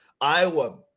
Iowa